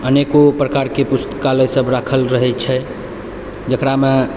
अनेको प्रकारके पुस्तकालय सब राखल रहै छै जकरामे